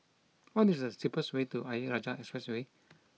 what is the cheapest way to Ayer Rajah Expressway